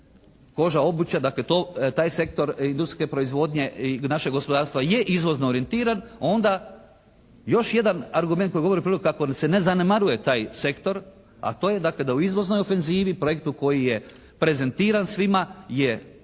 Dakle to, taj sektor industrijske proizvodnje i našeg gospodarstva je izvozno orijentiran. Onda još jedan argument koji govori u prilog kako se ne zanemaruje taj sektor a to je dakle da u izvoznoj ofenzivi, projektu koji je prezentiran svima je